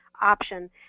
option